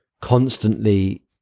constantly